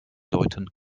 deuten